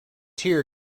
tear